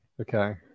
okay